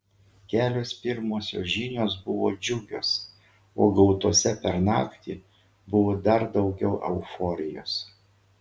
kelios pirmosios žinios buvo džiugios o gautose per naktį buvo dar daugiau euforijos